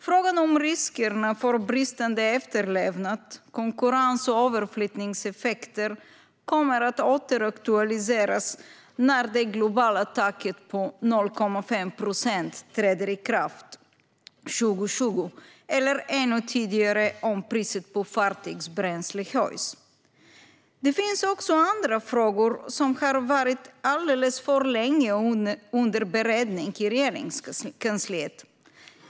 Frågan om riskerna för bristande efterlevnad samt konkurrens och överflyttningseffekter kommer att återaktualiseras när det globala taket på 0,5 procent träder i kraft 2020, eller ännu tidigare om priset på fartygsbränsle höjs. Det finns också andra frågor som har varit alldeles för länge under beredning i Regeringskansliet.